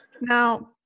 Now